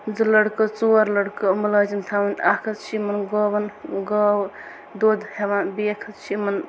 زٕ لڑکہٕ ژور لڑکہٕ مٕلازِم تھاوٕنۍ اَکھ حظ چھِ یِمن گٲون گٲو دۄد ہیوان بیاکھ حظ چھِ یِمن